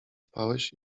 spałeś